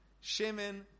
Shimon